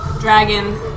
dragon